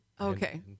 okay